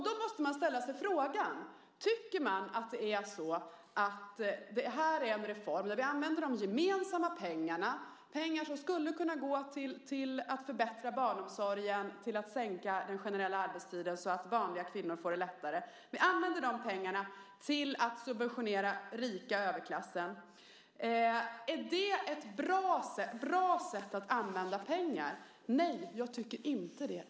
Då måste man ställa sig frågan: Om man använder de gemensamma pengarna, pengar som skulle kunna gå till att förbättra barnomsorgen och sänka den generella arbetstiden så att vanliga kvinnor får det lättare, till att subventionera den rika överklassen, är det ett bra sätt att använda pengar? Nej, jag tycker inte det.